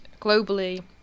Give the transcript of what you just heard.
globally